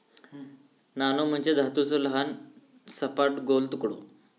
नाणो म्हणजे धातूचो लहान, सपाट, गोल तुकडो